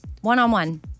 one-on-one